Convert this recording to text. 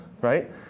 right